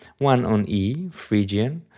one on e, phrygian,